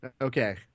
Okay